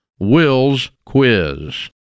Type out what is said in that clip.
WillsQuiz